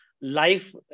life